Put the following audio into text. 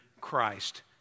Christ